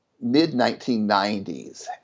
mid-1990s